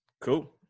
Cool